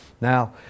Now